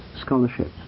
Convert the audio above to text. scholarships